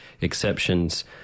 exceptions